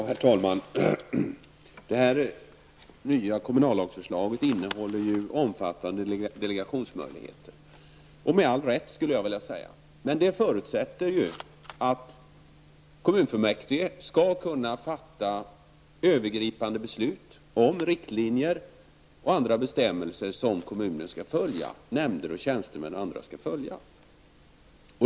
Herr talman! Förslaget till ny kommunallag innehåller omfattande delegationsmöjligheter, och med all rätt, skulle jag vilja säga. Men det förutsätter att kommunfullmäktige skall kunna fatta övergripande beslut om riktlinjer och andra bestämmelser som nämnder, tjänstemän och andra inom kommunen skall följa.